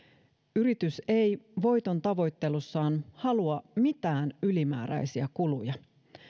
yritys ei voitontavoittelussaan halua mitään ylimääräisiä kuluja